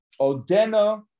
Odeno